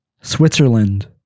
Switzerland